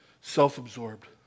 self-absorbed